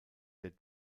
der